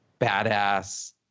badass